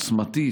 עוצמתית,